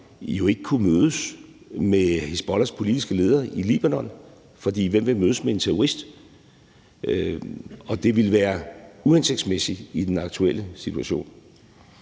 jo ikke kunne mødes med Hizbollahs politiske leder i Libanon, for hvem vil mødes med en terrorist? Og det ville være uhensigtsmæssigt i den aktuelle situation.